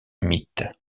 mythes